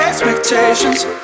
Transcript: Expectations